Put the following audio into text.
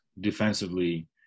defensively